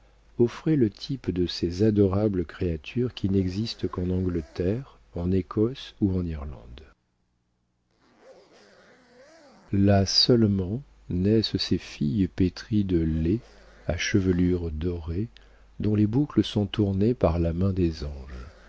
offrait le type de ces adorables créatures qui n'existent qu'en angleterre en écosse ou en irlande là seulement naissent ces filles pétries de lait à chevelure dorée dont les boucles sont tournées par la main des anges